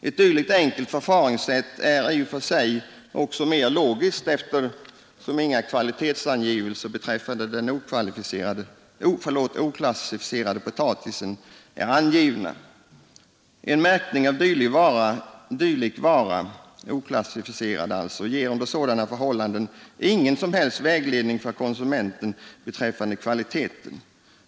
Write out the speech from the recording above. Ett dylikt enkelt förfaringssätt är i och för sig också mera logiskt eftersom inga kvalitetsangivelser beträffande den oklassificerade potatisen är angivna. En märkning av dylik vara ger under sådana förhållanden ingen som helst vägledning för konsumenten beträffande kvaliteten.